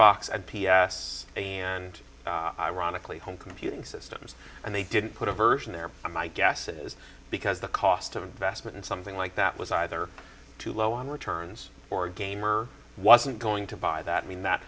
box at p s and ironically home computing systems and they didn't put a version there and my guess is because the cost of investment in something like that was either too low on returns for a game or wasn't going to buy that mean that